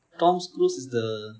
tom cruise is the